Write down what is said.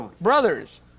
Brothers